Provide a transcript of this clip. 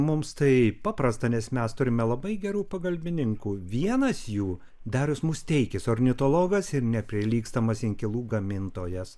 mums tai paprasta nes mes turime labai gerų pagalbininkų vienas jų darius musteikis ornitologas ir neprilygstamas inkilų gamintojas